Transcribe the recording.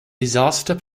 disaster